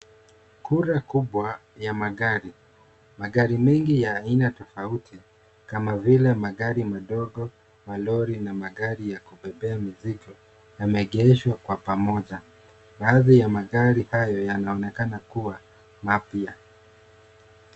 Kura kubwa ya magari. Magari mengi ya aina tofauti kama vile magari madogo, malori na magari ya kubebea mizigo yameegeshwa kwa pamoja. Baadhi ya magari hayo yanaonekana kuwa mapya.